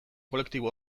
kolektibo